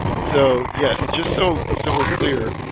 so yes, just so so we're clear